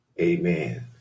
Amen